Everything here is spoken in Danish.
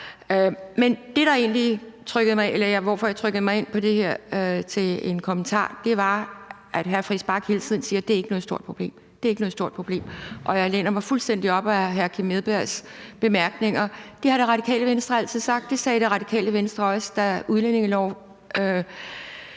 være. Det, der egentlig gjorde, at jeg trykkede mig ind for en kommentar, var, at hr. Christian Friis Bach hele tiden siger, at det ikke er noget stort problem – det er ikke noget stort problem. Jeg læner mig fuldstændig op af hr. Kim Edberg Andersens bemærkninger. Det har Radikale Venstre altid sagt. Det sagde Radikale Venstre også, da udlændingeloven